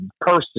person